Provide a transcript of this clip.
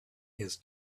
his